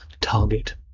target